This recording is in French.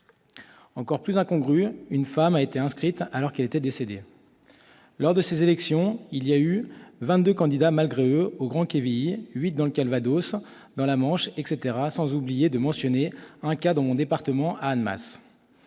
Encore plus incongru, une femme a été inscrite alors qu'elle était décédée ! Lors de ces élections, il y eut vingt-deux « candidats malgré eux » au Grand-Quevilly, huit dans le Calvados, dans la Manche, etc., sans oublier de mentionner un cas dans mon département, à Annemasse.